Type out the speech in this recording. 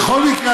בכל מקרה,